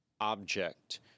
object